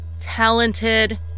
Talented